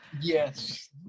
Yes